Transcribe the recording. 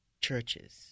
churches